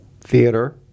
theater